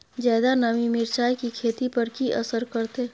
ज्यादा नमी मिर्चाय की खेती पर की असर करते?